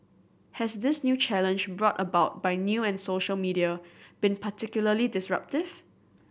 has this new challenge brought about by new and social media been particularly disruptive